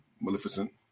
Maleficent